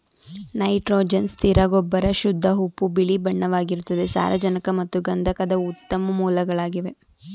nitrogen ಸ್ಥಿರ ಗೊಬ್ಬರ ಶುದ್ಧ ಉಪ್ಪು ಬಿಳಿಬಣ್ಣವಾಗಿರ್ತದೆ ಸಾರಜನಕ ಮತ್ತು ಗಂಧಕದ ಉತ್ತಮ ಮೂಲಗಳಾಗಿದೆ